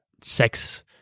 sex